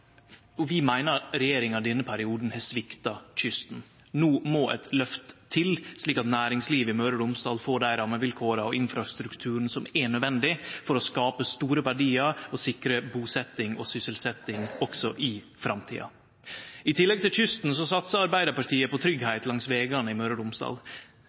Aure. Vi meiner at regjeringa i denne perioden har svikta kysten. No må eit løft til, slik at næringslivet i Møre og Romsdal får dei rammevilkåra og den infrastrukturen som er nødvendig for å skape store verdiar og sikre busetjing og sysselsetjing også i framtida. I tillegg til kysten satsar Arbeidarpartiet på tryggleik langs vegane i Møre og Romsdal